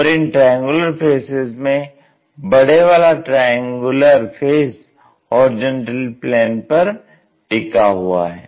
और इन triangular faces में बड़े वाला ट्रायंगुलर फेस होरिजेंटल प्लेन पर टिका हुआ है